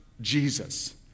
Jesus